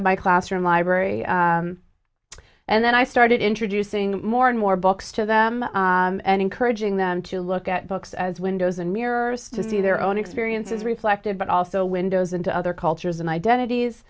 of my classroom library and then i started introducing more and more books to them and encouraging them to look at books as windows and mirrors to see their own experiences reflected but also windows into other cultures and identities